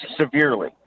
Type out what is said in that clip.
severely